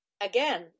again